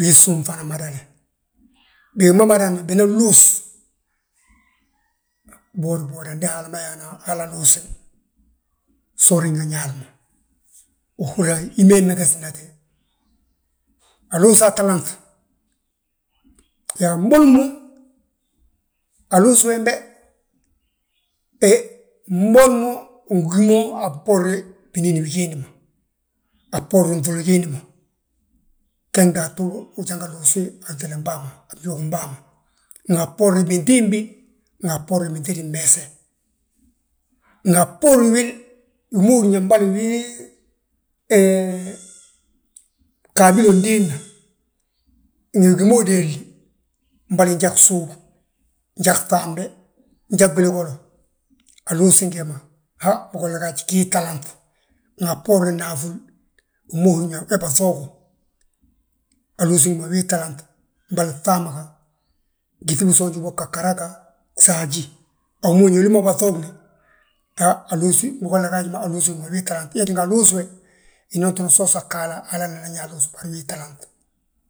wii súm fana madale, bigi ma bareni binan luus, biwodi, biwoda, ndi Haala ma yaana halaa lluuse, so uriŋ wi ñaali ma. Húri yaa he mee megesnate, aluusaa ttalanŧ, yaa mboli mo, aluus wembe, he mboli mo, ugí mo a bboorna binín bigiindi ma. A bboorin ŧooli biindi ma, ge gdaatu, ujanga luusi wentelem bàa ma a mñuugim bàa ma. Nga a bboorin gintimbi nga a bboorin binŧidi mmeese, aga a bboorin wil, wi ma húrin yaa, mboli wii, he ggaabilo ndiin ma, ngi bigi ma udéelini, mboli njan gsuuba, jan gŧaambe, njan gwili golo. Aluusin gee ma, han bigolla gaaj, gii talanŧ nga a bboorin naafúl, wi ma húrin yaa we baŧoogu. Aluusi wi ma wii talanŧ ma ga, gyíŧi bisoonj bóg ga ghara ga, gsaaji, wima húrin yaa wili ma baŧoogni, ha aluusi bigolla gaaj ma aluusi wi ma wii ttalanŧ. Wee tínga aluus we, hinooni doroŋ so usag Haala, Haala nan yaa aluus bari wii ttalanŧ.